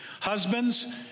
Husbands